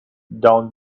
down